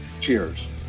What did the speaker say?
Cheers